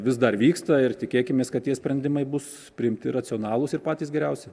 vis dar vyksta ir tikėkimės kad tie sprendimai bus priimti racionalūs ir patys geriausi